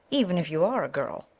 even if you are a girl.